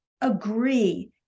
agree